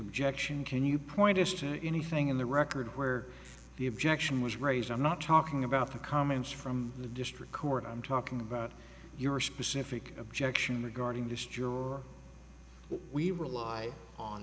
objection can you point to anything in the record where the objection was raised i'm not talking about the comments from the district court i'm talking about your specific objection regarding just your we rely on